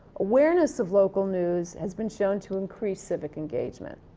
awareness of local news has been shown to increase civic engagement.